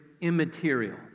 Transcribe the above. immaterial